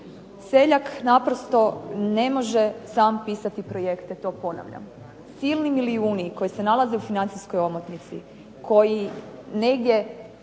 Seljak naprosto ne može sam pisati projekte, to ponavljam. Silni milijuni koji se nalaze u financijskoj omotnici koji negdje